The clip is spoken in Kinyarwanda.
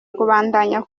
kubandanya